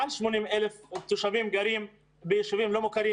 מעל 80,000 תושבים גרים ביישובים לא מוכרים.